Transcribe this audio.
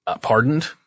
pardoned